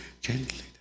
gently